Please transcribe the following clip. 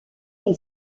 une